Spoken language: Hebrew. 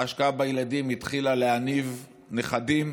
ההשקעה בילדים התחילה להניב נכדים,